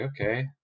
okay